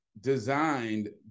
designed